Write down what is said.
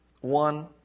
One